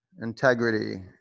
integrity